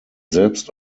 selbst